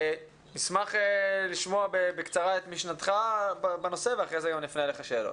אשמח לשמוע בקצרה את משנתך בנושא ואחרי זה גם אפנה אליך שאלות.